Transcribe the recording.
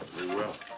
we will.